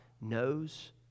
knows